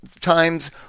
times